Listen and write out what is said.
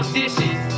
dishes